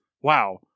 Wow